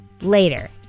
Later